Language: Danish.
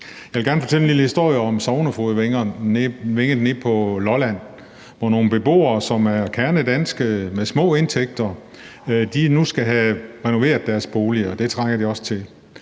Jeg vil gerne fortælle en lille historie om Sognefogedvænget nede på Lolland, hvor nogle beboere, som er kernedanske, med små indtægter, nu skal have renoveret deres boliger, og det trænger de også til.